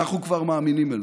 אנחנו כבר מאמינים עליכם.